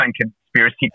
conspiracy